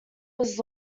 was